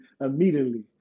immediately